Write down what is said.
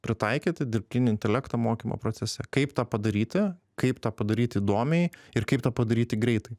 pritaikyti dirbtinį intelektą mokymo procese kaip tą padaryti kaip tą padaryt įdomiai ir kaip tą padaryti greitai